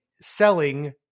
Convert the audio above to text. selling